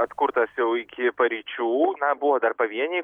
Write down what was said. atkurtas jau iki paryčių na buvo dar pavieniai